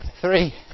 Three